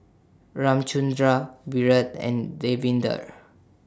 Ramchundra Virat and Davinder